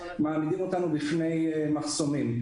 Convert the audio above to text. מעמידים אותנו בפני מחסומים.